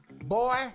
Boy